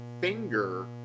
finger